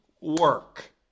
work